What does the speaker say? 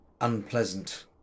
unpleasant